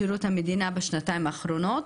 לשירות המדינה בשנתיים האחרונות,